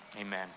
Amen